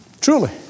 Truly